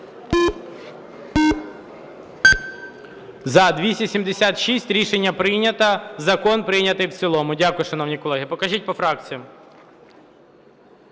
За-276 Рішення прийнято. Закон прийнятий в цілому. Дякую, шановні колеги. Покажіть по фракціях.